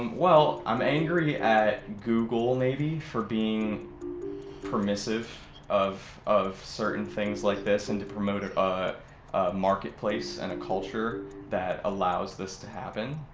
well, i'm angry at google, maybe, for being permissive of of certain things like this and to promote a ah marketplace and a culture that allows this to happen.